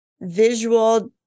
visual